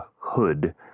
Hood